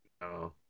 No